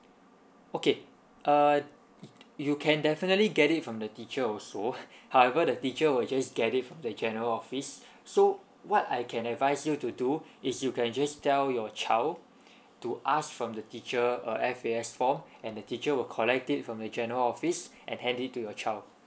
okay uh you can definitely get it from the teacher also however the teacher will just get it from the general office so what I can advise you to do is you can just tell your child to ask from the teacher a F_A_S form and the teacher will collect it from the general office and hand it to your child